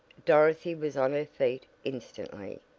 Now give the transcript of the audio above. dorothy was on her feet instantly.